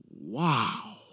wow